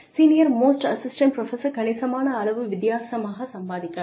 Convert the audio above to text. senior most assistant professor கணிசமான அளவு வித்தியாசமாகச் சம்பாதிக்கலாம்